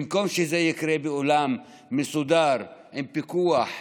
במקום שזה יקרה באולם מסודר עם פיקוח,